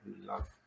love